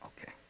Okay